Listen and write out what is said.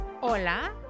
Hola